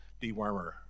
dewormer